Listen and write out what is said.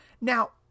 Now